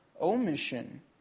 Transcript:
omission